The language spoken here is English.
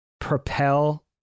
propel